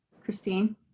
Christine